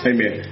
Amen